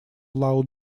лао